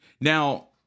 Now